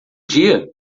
dia